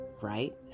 right